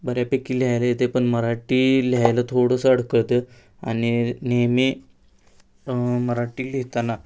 बऱ्यापैकी लिहायला येते पण मराठी लिहायला थोडंसं अडखळतं आणि नेहमी मराठी लिहिताना